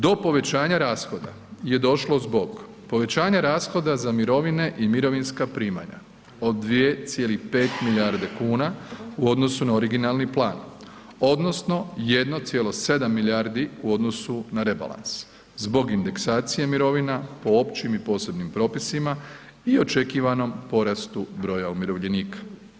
Do povećanja rashoda je došlo zbog povećanja rashoda za mirovine i mirovinska primanja od 2,5 milijarde kuna u odnosu na originalni plan odnosno 1,7 milijardi u odnosu na rebalans zbog indeksacije mirovina po općim i posebnim propisima i očekivanom porastu broja umirovljenika.